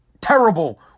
terrible